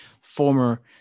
former